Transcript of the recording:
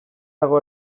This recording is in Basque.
dago